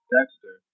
Dexter